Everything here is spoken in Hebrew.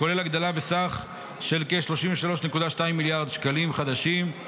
הכולל הגדלה בסך של כ-33.2 מיליארד שקלים חדשים.